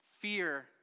fear